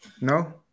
No